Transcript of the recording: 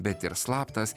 bet ir slaptas